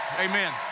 Amen